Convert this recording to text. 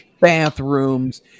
bathrooms